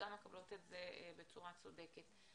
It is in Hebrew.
וגם מקבלות את זה בצורה צודקת.